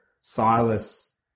Silas